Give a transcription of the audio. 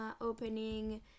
opening